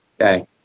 Okay